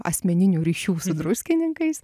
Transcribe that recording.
asmeninių ryšių su druskininkais